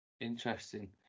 Interesting